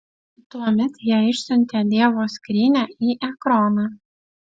tuomet jie išsiuntė dievo skrynią į ekroną